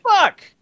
fuck